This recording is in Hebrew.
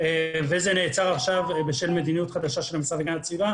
וזה נעצר עכשיו בשל מדיניות חדשה של המשרד להגנת הסביבה.